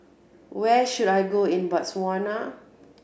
where should I go in Botswana